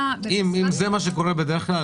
אם זה מה שקורה בדרך כלל,